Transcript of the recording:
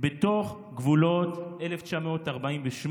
בתוך גבולות 1948,